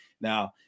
Now